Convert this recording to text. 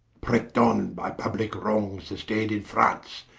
prickt on by publike wrongs sustain'd in france,